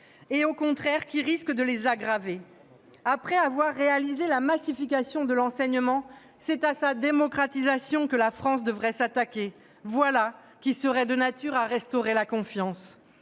; au contraire, il risque de les aggraver. Après avoir réalisé la massification de l'enseignement, c'est à sa démocratisation que la France devrait s'attaquer. Voilà qui serait de nature à restaurer la confiance.